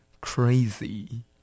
Crazy